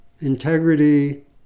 Integrity